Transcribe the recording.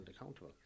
accountable